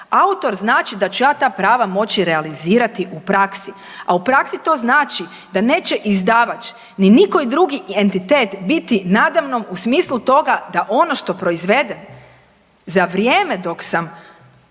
Autor znači da ću ja ta prava moći realizirati u praksi, a u praksi to znači da neće izdavač ni nikoji drugi entitet biti nada mnom u smislu toga da ono što proizvede za vrijeme dok sam